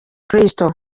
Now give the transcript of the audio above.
kristo